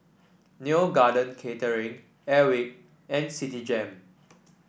Neo Garden Catering Airwick and Citigem